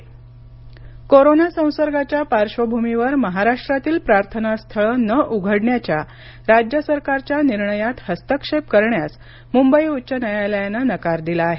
मुंबई उच्च न्यायालय कोरोना संसर्गाच्या पार्श्वभूमीवर महाराष्ट्रातील प्रार्थनास्थळं न उघडण्याच्या राज्य सरकारच्या निर्णयात हस्तक्षेप करण्यास मुंबई उच्च न्यायालयानं नकार दिला आहे